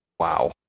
Wow